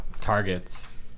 targets